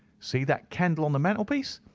see that candle on the mantelpiece.